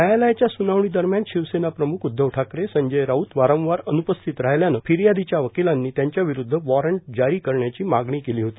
न्यायालयाच्या सुनावणी दरम्यान शिवसेना प्रमुख उद्वव ठाकरे संजय राऊत वारंवार अन्पस्थित राहिल्याने फिर्यार्दाच्या वकीलांनी त्यांच्या विरूद्ध वारंट जारी करण्याची मागणी केली होती